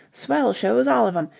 swell shows all of em,